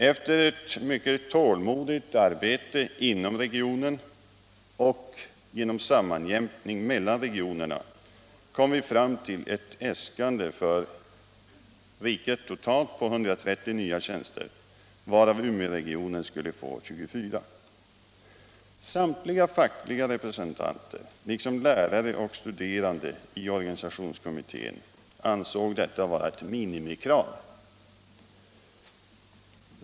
Efter ett mycket tål modigt arbete inom regionen och genom sammanjämkning mellan regionerna kom vi för riket totalt fram till ett äskande på 130 nya tjänster, varav Umeåregionen skulle få 24. Samtliga fackliga representanter liksom lärare och studerande i organisationskommittén ansåg detta vara ett minimikrav.